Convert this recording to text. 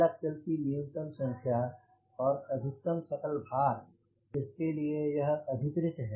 चालक दल की न्यूनतम संख्या और अधिकतम सकल भार जिसके लिए यह अधिकृत है